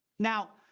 now,